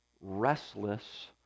restless